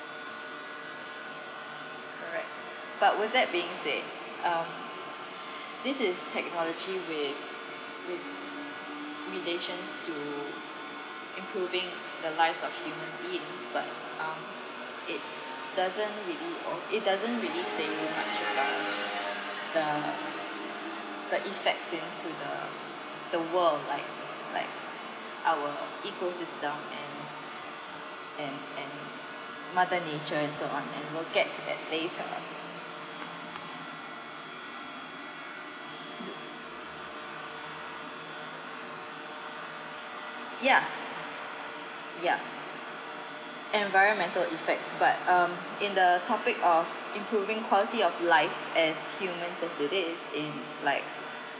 correct but with that being said um this is technology with with limitations to including the life of human beings but um it doesn't really oh it doesn't really say much about the the effects into the the world like like our ecosystem and and and mother nature and so on and you know get to that phase ah ya ya environmental effects but um in the topic of improving quality of life as human as it is in like